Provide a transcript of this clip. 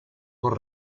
con